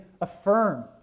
affirm